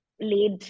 laid